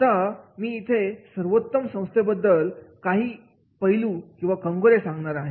आता मी इथे सर्वोत्तम संस्थेबद्दलचे काही कंगोरे सांगणार आहे